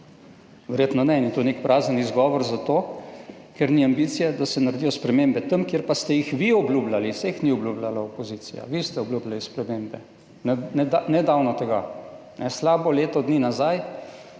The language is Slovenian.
Verjetno ne in je to nek prazen izgovor zato, ker ni ambicije, da se naredijo spremembe. Tam, kjer pa ste jih vi obljubljali, saj jih ni obljubljala opozicija, vi ste obljubljali spremembe, nedavno tega, slabo leto dni nazaj,